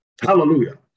Hallelujah